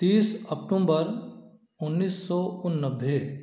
तीस अक्टूम्बर उन्नीस सौ उननभ्भे